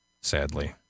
sadly